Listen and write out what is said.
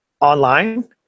online